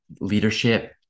leadership